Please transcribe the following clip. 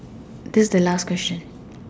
till the last question